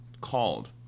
called